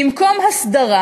במקום הסדרה